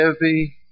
heavy